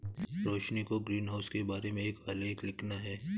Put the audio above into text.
रोशिनी को ग्रीनहाउस के बारे में एक आलेख लिखना है